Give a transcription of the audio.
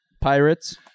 Pirates